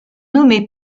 nommés